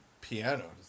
piano